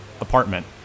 apartment